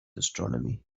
astronomy